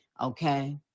Okay